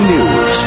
News